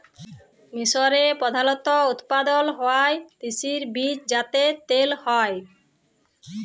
মিসরে প্রধালত উৎপাদল হ্য়ওয়া তিসির বীজ যাতে তেল হ্যয়